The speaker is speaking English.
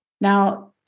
Now